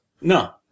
No